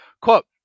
Quote